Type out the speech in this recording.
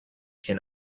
can